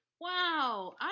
Wow